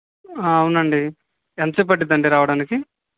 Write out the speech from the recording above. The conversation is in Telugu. అవునండి ఎంతసేపు పట్టిందండి రావడానికి